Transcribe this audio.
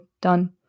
Done